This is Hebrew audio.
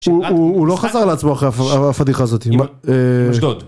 שהוא... הוא לא חזר לעצמו אחרי הפדיחה הזאת. מאשדוד.